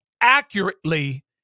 accurately